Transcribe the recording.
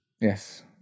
Yes